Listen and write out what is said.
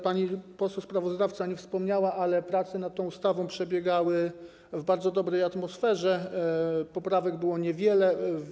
Pani poseł sprawozdawca o tym nie wspomniała, ale prace nad tą ustawą przebiegały w bardzo dobrej atmosferze, poprawek było niewiele.